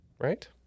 right